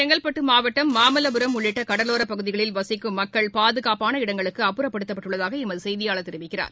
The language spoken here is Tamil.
செங்கல்பட்டு மாவட்டம் மாமல்வுரம் உள்ளிட்ட கடலோரப் பகுதிகளில் வசிக்கும் மக்கள் பாதுகாப்பான இடங்களுக்கு அப்புறப்படுத்தப்பட்டுள்ளதாக எமது செய்தியாளர் கூறுகிறார்